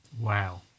Wow